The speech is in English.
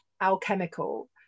alchemical